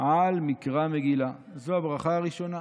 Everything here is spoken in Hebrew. על מקרא מגילה" זו הברכה הראשונה,